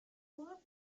pudo